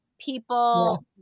people